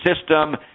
system